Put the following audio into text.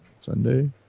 Sunday